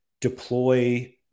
deploy